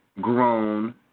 grown